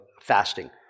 fasting